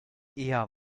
eher